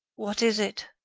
what is it?